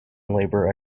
labor